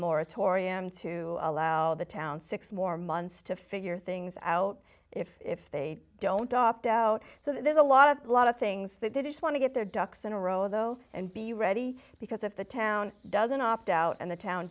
moratorium to allow the town six more months to figure things out if they don't opt out so there's a lot of a lot of things that they just want to get their ducks in a row though and be ready because if the town doesn't opt out and the town